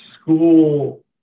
school